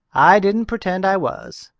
i didn't pretend i was.